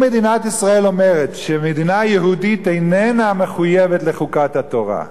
אם מדינת ישראל אומרת שמדינה יהודית איננה מחויבת לחוקת התורה,